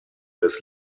des